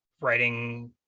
writing